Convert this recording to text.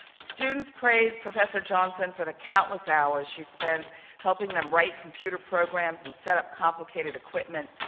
students praise professor johnson for the countless hours she spends helping them write computer programs and set up complicated equipment,